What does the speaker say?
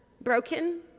Broken